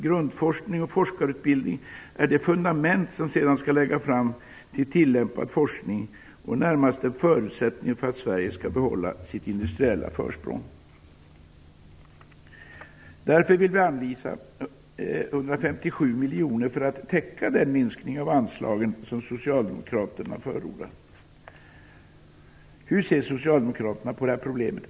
Grundforskning och forskarutbildning är det fundament som sedan skall leda fram till tillämpad forskning och är närmast en förutsättning för att Sverige skall behålla sitt industriella försprång. Vi vill anvisa 157 miljoner kronor för att täcka den minskning av anslagen som Socialdemokraterna förordar.